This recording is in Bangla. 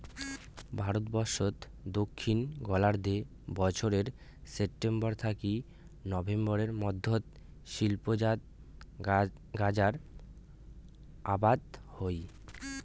ভারতবর্ষত দক্ষিণ গোলার্ধত বছরে সেপ্টেম্বর থাকি নভেম্বর মধ্যত শিল্পজাত গাঁজার আবাদ হই